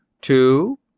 Two